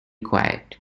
quiet